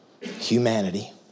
humanity